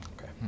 Okay